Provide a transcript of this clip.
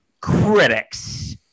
critics